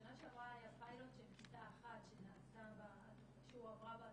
שבשנה שעברה היה פיילוט של כיתה אחת שהועברה בה התוכנית,